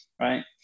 right